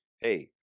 Hey